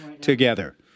together